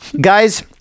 Guys